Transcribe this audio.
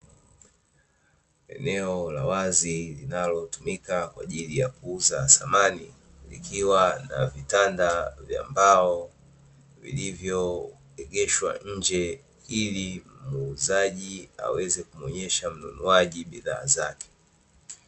Eneo la wazi linalotumika kwa ajili ya kuuza samani likiwa na vitanda vya mbao vilivyoegeshwa nje ili muuzaji aweze kumuonyesha mnunuaji bidhaa zake.